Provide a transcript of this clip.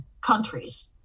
countries